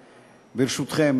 ברשותכם,